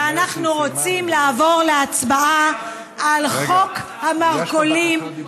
ואנחנו רוצים לעבור להצבעה על חוק המרכולים.